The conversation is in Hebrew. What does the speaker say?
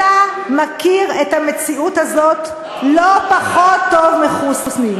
אתה מכיר את המציאות הזאת לא פחות טוב מחוסני.